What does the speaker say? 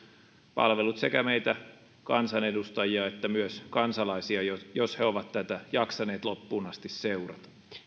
palvellut sekä meitä kansanedustajia että myös kansalaisia jos he ovat tätä jaksaneet loppuun asti seurata